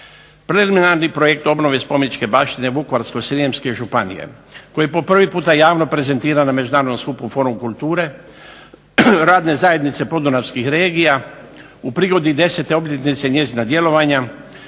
Preliminirani projekt obnove spomeničke baštine Vukovarsko-srijemske županije koja je prvi puta javno prezentirana na međunarodnom skupu forumu kulture, radne zajednice podunavskih regija, u prigodi desete obljetnice njezina djelovanja